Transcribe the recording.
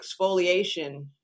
exfoliation